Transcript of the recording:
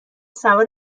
سوار